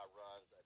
runs